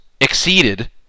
exceeded